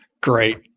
Great